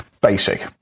basic